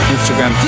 Instagram